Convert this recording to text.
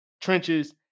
trenches